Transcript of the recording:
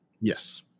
Yes